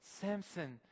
Samson